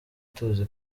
tuzi